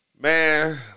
Man